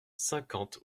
cinquante